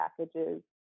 packages